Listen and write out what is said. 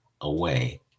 away